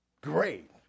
great